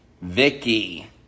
Vicky